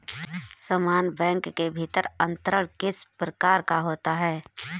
समान बैंक के भीतर अंतरण किस प्रकार का होता है?